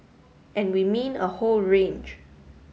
and we mean a whole range